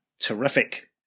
Terrific